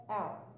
out